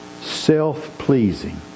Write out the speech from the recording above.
Self-pleasing